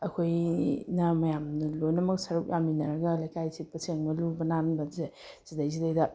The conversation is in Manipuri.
ꯑꯩꯈꯣꯏꯅ ꯃꯌꯥꯝ ꯂꯣꯏꯅꯃꯛ ꯁꯔꯨꯛ ꯌꯥꯃꯤꯟꯅꯔꯒ ꯂꯩꯀꯥꯏ ꯁꯤꯠꯄ ꯁꯦꯡꯕ ꯂꯨꯕ ꯅꯥꯟꯕꯁꯦ ꯁꯤꯗꯩꯁꯤꯗꯩꯗ